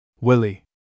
Willie